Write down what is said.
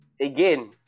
again